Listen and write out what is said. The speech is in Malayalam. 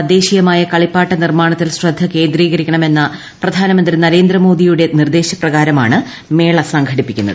തദ്ദേശീയമായ കളിപ്പാട്ട നിർമ്മാണത്തിൽ ശ്രദ്ധ കേന്ദ്രീകരിക്കണമെന്ന പ്രധാനമന്ത്രി നരേന്ദ്ര മോദിയുടെ നിർദ്ദേശപ്രകാരമാണ് മേള സംഘടിപ്പിക്കുന്നത്